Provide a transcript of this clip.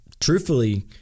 Truthfully